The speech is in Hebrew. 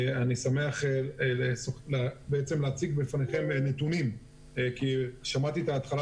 אני שמח להציג בפניכם נתונים כי שמעתי את ההתחלה